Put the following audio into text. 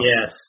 Yes